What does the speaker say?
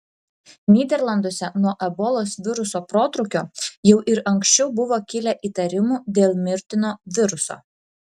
nyderlanduose nuo ebolos viruso protrūkio jau ir anksčiau buvo kilę įtarimų dėl mirtino viruso